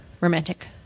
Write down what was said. romantic